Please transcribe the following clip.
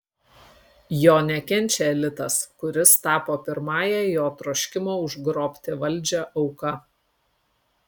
jo nekenčia elitas kuris tapo pirmąja jo troškimo užgrobti valdžią auka